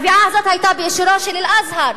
הקביעה הזאת היתה באישורו של אל-אזהר.